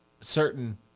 certain